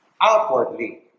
Outwardly